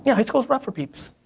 yeah high school's rough for peeps.